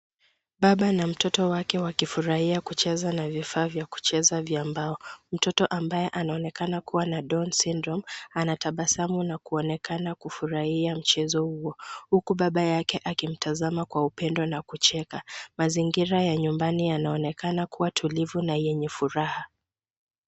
Baba na mtoto wake wakifurahia kucheza na vifaa vya kucheza vya mbao. Mtoto ambaye anaonekana kuwa na Down Syndrome anatabasamu na kuonekana kufurahia mchezo huo, huku baba yake akimtazama kwa upendo na kucheka. Mazingira ya nyumbani yanaonekana kuwa tulivu na yenye furaha.